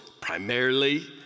primarily